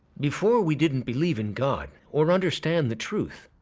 before, we didn't believe in god or understand the truth.